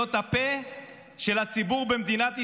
להיות הפה של הציבור במדינת ישראל,